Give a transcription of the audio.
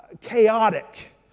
chaotic